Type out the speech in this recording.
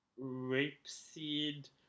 rapeseed